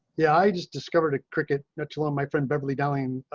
yeah, i just discovered a cricket match. hello my friend beverly darling,